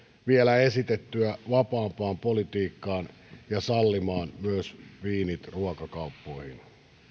vielä esitettyä vapaampaan politiikkaan ja sallimaan myös viinit ruokakauppoihin